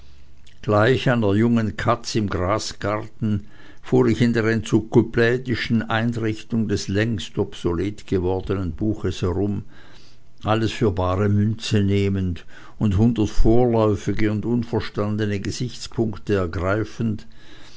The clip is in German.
gleich einer jungen katz im grasgarten fahr ich in der enzyklopädischen einrichtung des längst obsolet gewordenen buches herum alles für bare münze nehmend und hundert vorläufige und unverstandene gesichtspunkte ergreifend